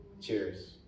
Cheers